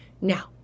Now